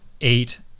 eight